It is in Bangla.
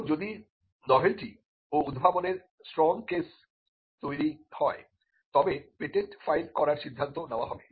এখন যদি নভেলটি ও উদ্ভাবনের ষ্ট্রং কেস তৈরি হয় তবে পেটেন্ট ফাইল করার সিদ্ধান্ত নেওয়া হবে